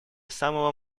самого